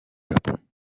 japon